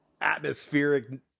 atmospheric